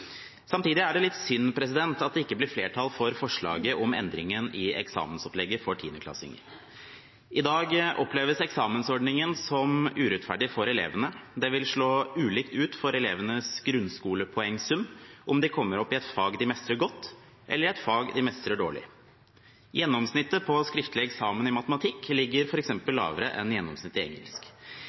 Samtidig er det litt synd at det ikke blir flertall for forslaget om endringen i eksamensopplegget for 10.-klassingene. I dag oppleves eksamensordningen som urettferdig for elevene. Det vil slå ulikt ut for elevenes grunnskolepoengsum om de kommer opp i et fag de mestrer godt, eller i et fag de mestrer dårlig. Gjennomsnittet på skriftlig eksamen i matematikk ligger f.eks. lavere enn gjennomsnittet i engelsk.